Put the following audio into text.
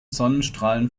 sonnenstrahlen